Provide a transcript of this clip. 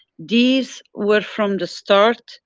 these, were from the start,